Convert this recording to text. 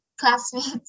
classmates